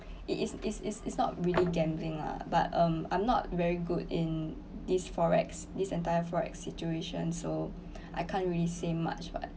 it is it's it's it's not really gambling lah but um I'm not very good in this FOREX this entire FOREX situation so I can't really say much what